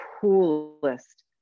coolest